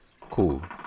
cool